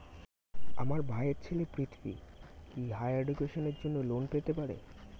আমার ভাইয়ের ছেলে পৃথ্বী, কি হাইয়ার এডুকেশনের জন্য লোন পেতে পারে?